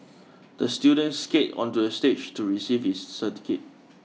the student skated onto the stage to receive his certificate